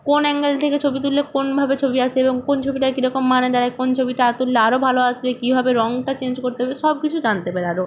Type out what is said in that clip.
কোন অ্যাঙ্গেল থেকে ছবি তুললে কোনভাবে ছবি আসে এবং কোন ছবিটায় কীরকম মানে দাঁড়ায় কোন ছবিটা তুলে আরো ভালো আসবে কীভাবে রঙটা চেঞ্জ করতে পারবে সব কিছু জানতে পারি আরো